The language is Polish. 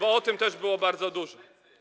O tym też było bardzo dużo.